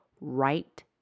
right